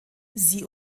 sie